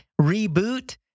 reboot